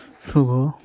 শুভ